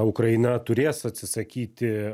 ukraina turės atsisakyti